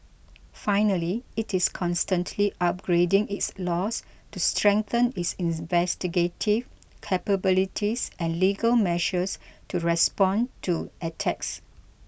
finally it is constantly upgrading its laws to strengthen its investigative capabilities and legal measures to respond to attacks